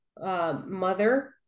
mother